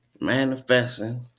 Manifesting